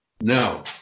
No